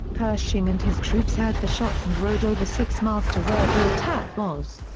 pershing and his troops heard the shots and rode over six miles to where the attack was.